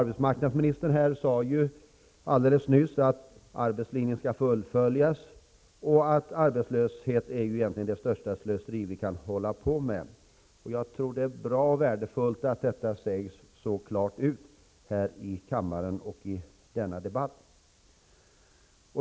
Arbetsmarknadsministern sade alldeles nyss att arbetslinjen skall fullföljas och att arbetslöshet är det största slöseri vi kan hålla på med. Det är bra och värdefullt att detta klart sägs ut i kammaren och i denna debatt.